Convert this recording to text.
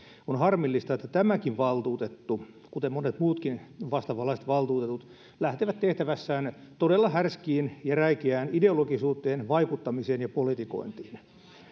on harmillista että tämäkin valtuutettu kuten monet muutkin vastaavanlaiset valtuutetut lähtee tehtävässään todella härskiin ja räikeään ideologisuuteen vaikuttamiseen ja politikointiin